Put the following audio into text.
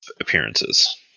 appearances